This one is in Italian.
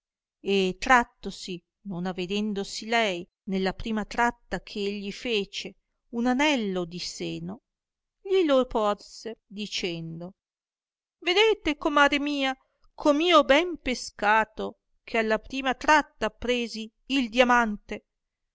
e trattosi non avedendosi lei nella prima tratta che egli fece un anello di seno gli lo porse dicendo vedete comare mia com io ho ben pescato che alla prima tratta presi il diamante